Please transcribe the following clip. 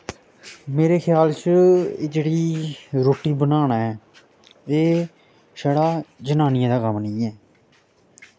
मेरे ख्याल च एह् जेह्ड़ी रुट्टी बनाना ऐ एह् छड़ा जनानियें दा कम्म निं ऐ